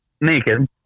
naked